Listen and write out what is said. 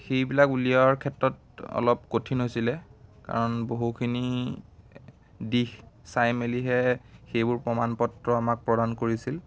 সেইবিলাক উলিওৱাৰ ক্ষেত্ৰত অলপ কঠিন হৈছিলে কাৰণ বহুখিনি দিশ চাই মেলিহে সেইবোৰ প্ৰমাণপত্ৰ আমাক প্ৰদান কৰিছিল